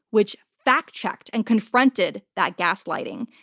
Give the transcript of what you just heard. which fact checked and confronted that gaslighting.